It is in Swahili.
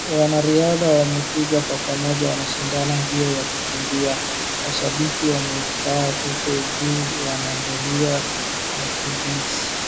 Wanariadha wamekuja kwa pamoja wanashindana mbio ya kukimbia. Mashabiki wamekaa huko juu wanaangalia wakimbizi.